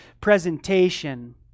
presentation